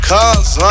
Cause